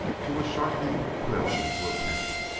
he was sharpening a quill into a pen,